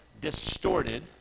distorted